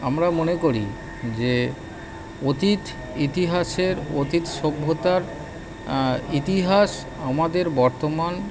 আমরা মনে করি যে অতীত ইতিহাসের অতীত সভ্যতার ইতিহাস আমাদের বর্তমান